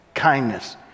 kindness